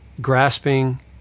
grasping